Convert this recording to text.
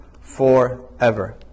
forever